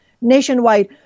nationwide